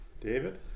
David